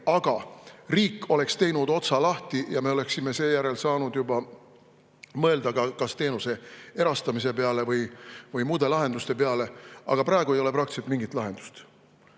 aga riik oleks teinud otsa lahti ja seejärel me oleksime saanud juba mõelda kas teenuse erastamise peale või muude lahenduste peale. Aga praegu ei ole praktiliselt mingit lahendust.